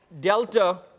delta